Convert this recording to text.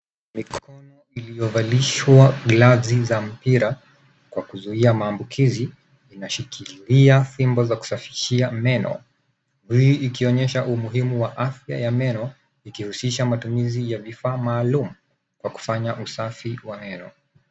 Mikono iliyovalishwa glavzi za mpira kwa kuzuia maambukizi inashikilia fimbo za kusafishia meno hii ikionyesha umuhimu wa afya ya meno ikihusisha matumizi ya vifaa maalum kwa kufanya usafi wa meno.